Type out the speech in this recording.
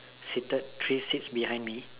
seated three seats behind me